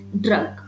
drug